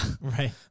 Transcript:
right